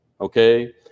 Okay